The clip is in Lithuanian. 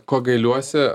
ko gailiuosi